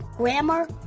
Grammar